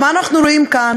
וזה מה שקורה בפועל.